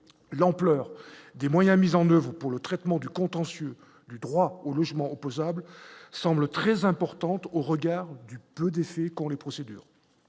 l'ampleur des moyens mis en oeuvre pour le traitement du contentieux du droit au logement opposable semble très importante au regard du peu qu'on les procédures,